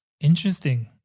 interesting